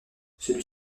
celui